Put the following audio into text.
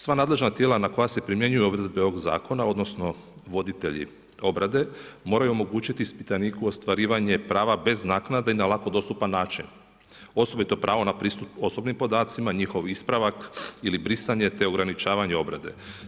Sva nadležna tijela na koja se primjenjuju odredbe ovog zakona odnosno voditelji obrade moraju omogućiti ispitaniku ostvarivanje prava bez naknade i na lako dostupan način, osobito pravo na pristup osobnim podacima, njihov ispravak ili brisanje te ograničavanje obrade.